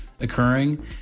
occurring